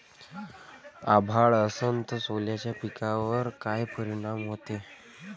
अभाळ असन तं सोल्याच्या पिकावर काय परिनाम व्हते?